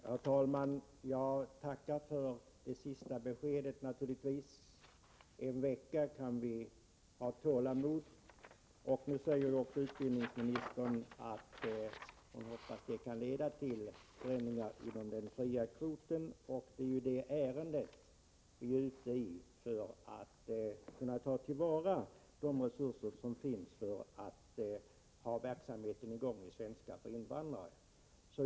Herr talman! Jag tackar naturligtvis för det sista beskedet. En vecka kan vi ha tålamod. Utbildningsministern säger att hon hoppas att beredningen kan leda till förändringar inom den fria kvoten, och det är ju just det ärende vi är ute i för att man skall kunna ta till vara de resurser som finns och hålla i gång verksamheten med svenska för invandrare.